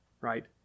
right